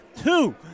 Two